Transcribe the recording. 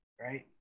right